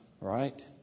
right